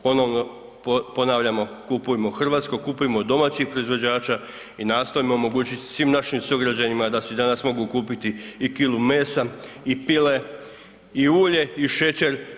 Ponovno ponavljamo, kupujmo hrvatsko, kupujmo od domaćih proizvođača i nastojmo omogućiti svim našim sugrađanima da si danas mogu kupiti i kilu mesa i pile i ulje i šećer.